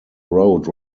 road